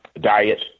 diet